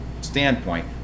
standpoint